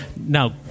Now